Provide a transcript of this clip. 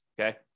Okay